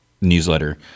newsletter